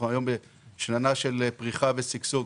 אנחנו היום בשנה של פריחה ושגשוג,